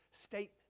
statement